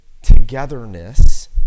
togetherness